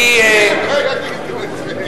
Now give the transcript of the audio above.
לי הם לא יגידו את זה.